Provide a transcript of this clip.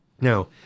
Now